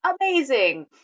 amazing